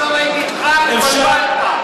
הייתי איתך עד עכשיו.